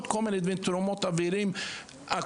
תרומות איברים ועוד כל מיני דברים,